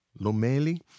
Lomeli